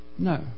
No